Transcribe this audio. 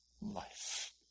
life